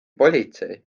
politsei